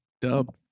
Dub